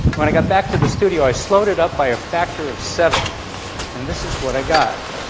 when i got back to the studio i slowed it up by a factor of seven and this is what i got